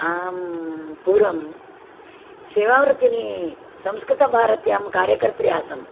अहं पूर्वं सेवावर्तिनी संस्कृतभारत्यां कार्यकर्त्री आसम्